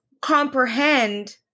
comprehend